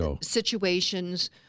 situations